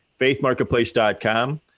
faithmarketplace.com